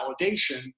validation